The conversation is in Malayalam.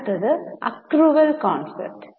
അടുത്തത് അക്രുവൽ കൺസെപ്റ്റ്